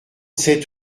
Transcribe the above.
sept